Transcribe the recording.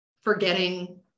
forgetting